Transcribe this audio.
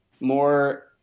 more